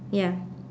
ya